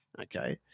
okay